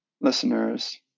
listeners